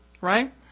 right